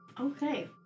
okay